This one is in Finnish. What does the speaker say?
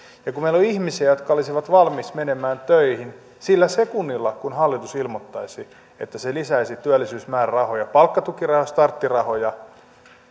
ja kun meillä on ihmisiä jotka olisivat valmiita menemään töihin sillä sekunnilla kun hallitus ilmoittaisi että se lisäisi työllisyysmäärärahoja palkkatukirahoja ja starttirahoja